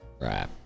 right